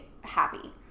happy